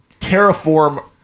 terraform